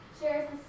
shares